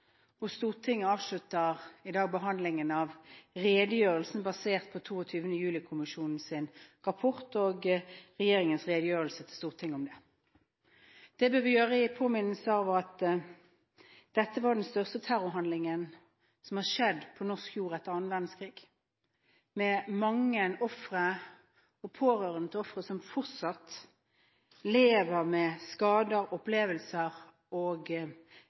og Stortinget avslutter i dag behandlingen av redegjørelsen basert på 22. juli-kommisjonens rapport og regjeringens redegjørelse til Stortinget. Det bør vi gjøre som en påminnelse om at dette var den største terrorhandlingen som har skjedd på norsk jord etter annen verdenskrig, med mange ofre og pårørende til ofre som fortsatt lever med skader, opplevelser og